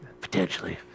Potentially